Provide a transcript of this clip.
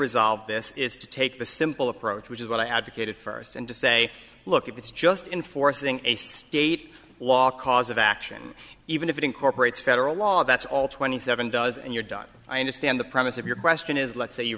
resolve this is to take the simple approach which is what i advocated first and to say look if it's just in forcing a state law cause of action even if it incorporates federal law that's all twenty seven does and you're done i understand the premise of your question is let's say you'